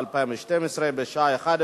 (החלפת מונחים), התשע"ב 2012, עברה,